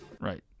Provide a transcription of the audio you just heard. Right